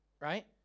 right